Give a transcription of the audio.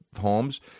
homes